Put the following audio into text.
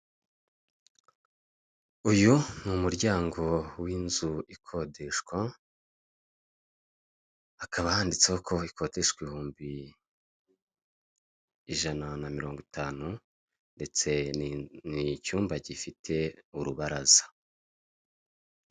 Uyu ni umuryango w'inzu ikodeshwa hakaba handitseho ko ikodeshwa ibihumbi ijana na mirongo itanu ndetse ni icyumba gifite urubaraza.